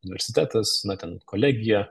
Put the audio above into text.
universitetas na ten kolegija